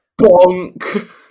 Bonk